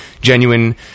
genuine